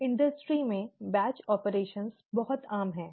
उद्योग में बैच संचालन बहुत आम है